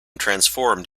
transformed